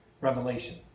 revelation